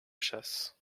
chasse